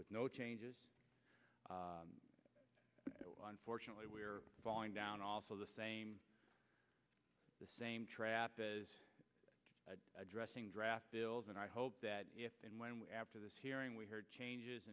with no changes but unfortunately we're falling down also the same the same trap as addressing draft bills and i hope that if and when we have to this hearing we heard changes